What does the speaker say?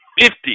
fifty